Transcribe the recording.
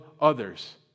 others